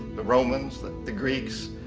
the romans, the the greeks,